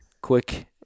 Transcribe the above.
quick